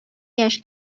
яшь